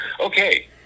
Okay